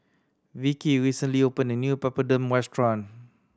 Vicki recently opened a new Papadum restaurant